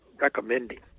recommending